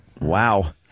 Wow